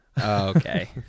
Okay